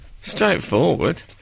Straightforward